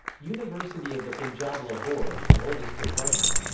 university of the punjab lahore is the oldest department.